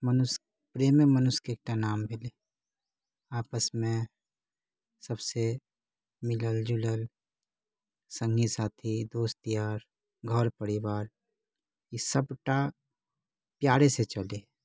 मनुष्य प्रेमे मनुष्यके एकटा नाम भेलै आपसमे सबसे मिलल जुलल सङ्गी साथी दोस्त यार घर परिवार ई सभटा प्यारे से चलतै